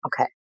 Okay